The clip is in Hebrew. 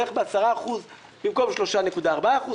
בערך ב-10% במקום 3.4%,